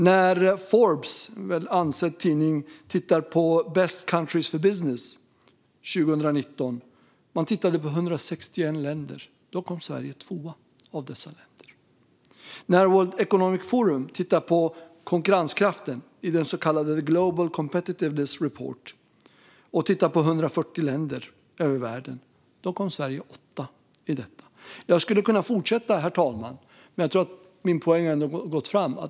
När Forbes, en ansedd tidning, tittade på "Best countries for business" 2019 kom Sverige tvåa bland 161 länder. När World Economic Forum tittar på konkurrenskraften i sin så kallade Global Competitiveness Report och jämför 140 länder över världen kommer Sverige åtta. Jag skulle kunna fortsätta, herr talman, men jag tror att min poäng ändå har gått fram.